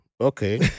Okay